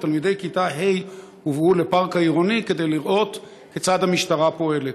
תלמידי כיתה ה' הובאו לפארק העירוני כדי לראות כיצד המשטרה פועלת,